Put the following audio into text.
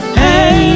hey